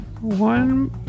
One